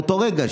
באותו הרגע,